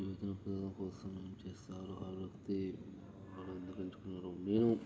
మీరు పిల్లల కోసం ఏం చేస్తారు ఆ వృత్తి వాళ్ళెందుకు ఎంచుకున్నారు నేను